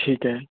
ਠੀਕ ਐ